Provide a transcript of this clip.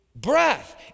Breath